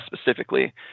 specifically